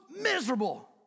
miserable